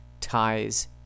ties